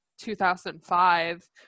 2005